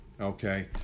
Okay